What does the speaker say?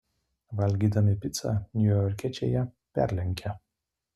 valgydami picą niujorkiečiai ją perlenkia